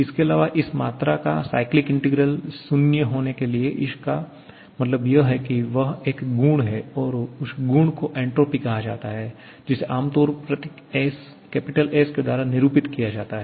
इसके अलावा इस मात्रा का साइक्लिक इंटीग्रल 0 होने के लिए इसका का मतलब यह है कि वह एक गुण है और उस गुण को एन्ट्रॉपी कहा जाता है जिसे आमतौर पर प्रतीक S के द्वारा निरूपित किया जाता है